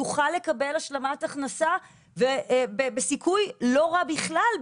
יוכל לקבל השלמת הכנסה בסיכוי לא רע בכלל,